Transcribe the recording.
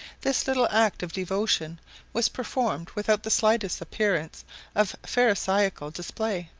this little act of devotion was performed without the slightest appearance of pharisaical display,